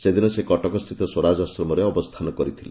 ସେହିଦିନ ସେ କଟକସ୍ଥିତ ସ୍ୱରାଜ ଆଶ୍ରମରେ ଅବସ୍ରାନ କରିଥିଲେ